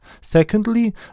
Secondly